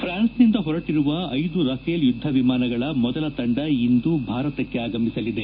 ಫ್ರಾನ್ಸ್ನಿಂದ ಹೊರಟರುವ ಐದು ರಫೇಲ್ ಯುದ್ದ ವಿಮಾನಗಳ ಮೊದಲ ತಂಡ ಇಂದು ಭಾರತಕ್ಕೆ ಆಗಮಿಸಲಿದೆ